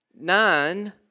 nine